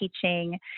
teaching